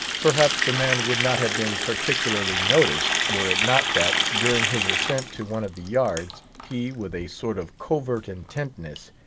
perhaps the man would not have been particularly noticed, were it not that, during his ascent to one of the yards, he, with a sort of covert intentness,